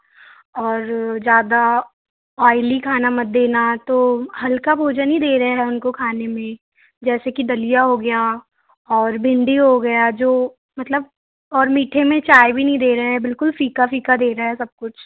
और ज़्यादा ऑयली खाना मत देना तो हल्का भोजन ही दे रहे हैं उनको खाने में जैसे की दलिया हो गया और भिंडी हो गया जो मतलब और मीठे में चाय भी नहीं दे रहे हैं बिलकुल फीका फीका दे रहे हैं सब कुछ